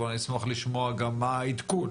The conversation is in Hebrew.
אבל אני אשמח לשמוע גם מה העדכון,